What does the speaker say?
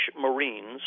Marines